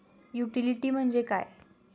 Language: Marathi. युटिलिटी म्हणजे काय?